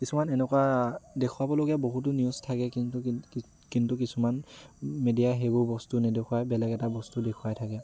কিছুমান এনেকুৱা দেখুৱাবলগীয়া বহুতো নিউজ থাকে কিন্তু কিন্তু কিন্তু কিন্তু কিছুমান মিডিয়াই সেইবোৰ বস্তু নেদেখুৱায় বেলেগ এটা বস্তু দেখুৱাই থাকে